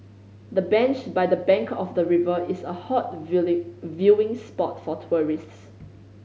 the bench by the bank of the river is a hot viewing spot for tourists